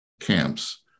camps